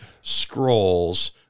scrolls